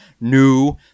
new